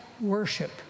worship